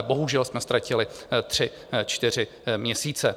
Bohužel jsme ztratili tři čtyři měsíce.